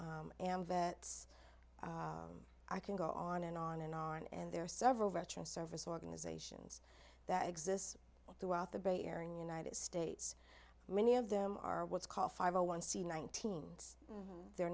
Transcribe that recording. and vets i can go on and on and on and there are several veteran service organizations that exists throughout the bay area in the united states many of them are what's called five a one c nineteen they're